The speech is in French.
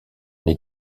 est